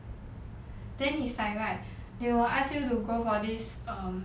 then it's like right they will ask you to go for this um